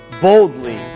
boldly